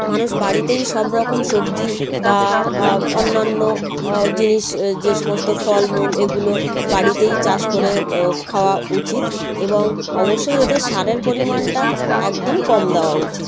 মানুষ বাড়িতেই সব রকম সবজি বা অন্য অন্য জিনিস যে সমস্ত ফলমূল এগুলো বাড়িতেই চাষ করে খাওয়া উচিত এবং অবশ্যই এতে সারের পরিমাণটা একদম কম দেওয়া উচিত